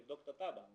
לבדוק את התב"ע,